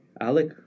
Alec